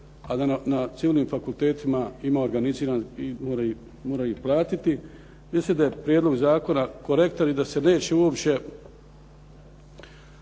a da na civilnim fakultetima ima organiziran i mora ih platiti. Mislim da je prijedlog zakona korektan i da se neće uopće,